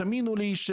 תאמינו לי,